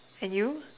and you